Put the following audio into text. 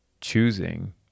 choosing